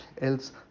else